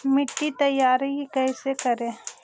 मिट्टी तैयारी कैसे करें?